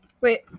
wait